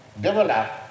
develop